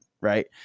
right